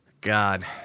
God